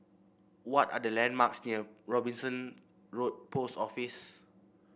what are the landmarks near Robinson Road Post Office